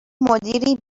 مدیری